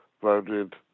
voted